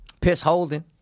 piss-holding